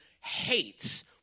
hates